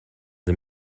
sie